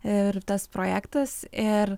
ir tas projektas ir